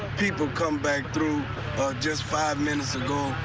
people come back through are just five minutes ago.